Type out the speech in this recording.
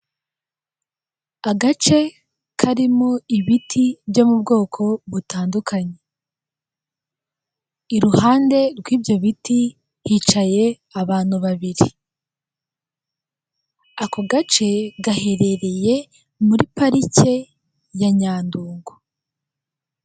Agace karimo ibiti byo mu bwoko butandukanye. Iruhande rw'ibyo biti hicaye abantu babiri. Ako gace gaherereye muri parike ya Nyandungu.